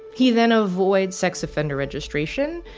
he then avoids sex offender registration.